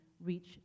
reach